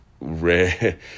rare